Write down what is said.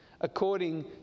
according